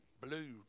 blue